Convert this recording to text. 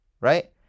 right